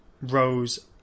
Rose